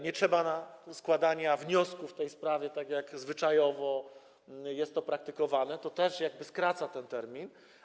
Nie trzeba składać wniosków w tej sprawie, tak jak zwyczajowo jest to praktykowane, co też skraca ten termin.